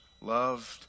loved